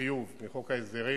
לחיוב מחוק ההסדרים.